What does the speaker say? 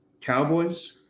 Cowboys